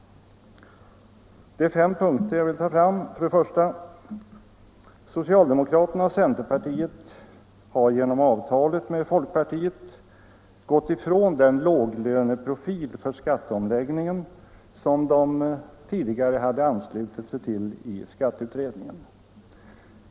Det är fem punkter jag vill ta fram. För det första har socialdemokraterna och centerpartiet genom avtalet med folkpartiet gått ifrån den låglöneprofil för skatteomläggningen som de tidigare hade anslutit sig till i skatteutredningen.